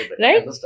Right